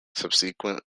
subsequent